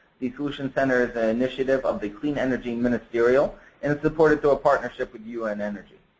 the solutions center is an initiative of the clean energy ministerial and it's supported to a partnership with un energy.